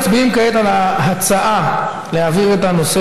אנחנו מצביעים כעת על ההצעה להעביר את הנושא